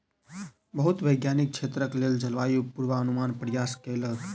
बहुत वैज्ञानिक क्षेत्रक लेल जलवायु पूर्वानुमानक प्रयास कयलक